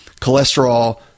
cholesterol